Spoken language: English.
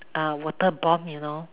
uh water bomb you know